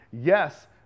yes